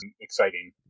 exciting